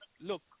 look